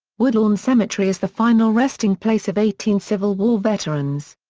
woodlawn cemetery is the final resting place of eighteen civil war veterans.